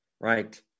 Right